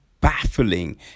baffling